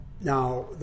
now